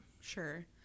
Sure